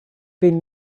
been